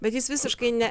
bet jis visiškai ne